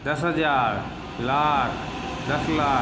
दश हजार लाख दश लाख